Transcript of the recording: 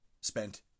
spent